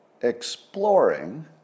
exploring